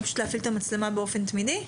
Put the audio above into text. פשוט להפעיל את המצלמה באופן תמידי?